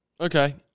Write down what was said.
Okay